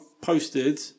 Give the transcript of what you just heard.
posted